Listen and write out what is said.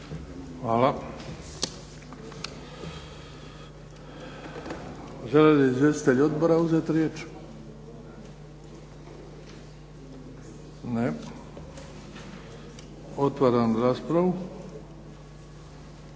Hvala. Žele li izvjestitelji odbora uzeti riječ? Ne. Otvaram raspravu.